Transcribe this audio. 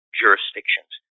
jurisdictions